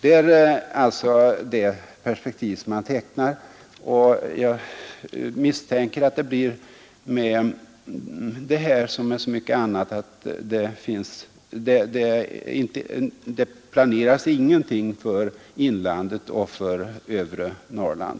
Detta är alltså det perspektiv som man tecknar, och jag misstänker att det blir med det här som med så mycket annat, att det planeras ingenting för inlandet och för övre Norrland.